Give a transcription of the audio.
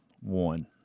One